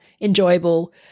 enjoyable